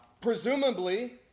presumably